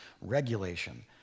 regulation